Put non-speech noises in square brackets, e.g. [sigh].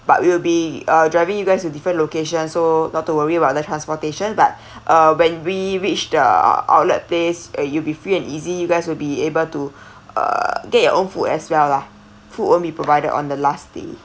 but we will be uh driving you guys to different locations so not to worry about the transportation but [breath] uh when we reach the outlet place uh you'll be free and easy you guys will be able to uh get your own food as well lah food won't be provided on the last day